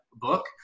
book